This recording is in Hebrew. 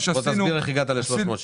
תסביר איך הגעתם ל-360.